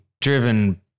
driven